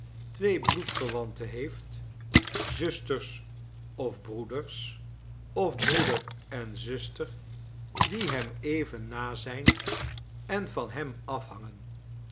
twee bloedverwanten heeft zusters of broeders of breeder en zuster die hem even na zijn en van hem afhangen